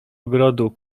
ogrodu